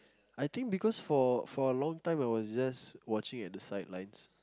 I think because for for a long time I was just watching at the sidelines